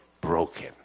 broken